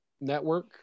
Network